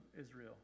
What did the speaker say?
Israel